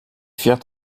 firent